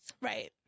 right